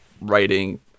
writing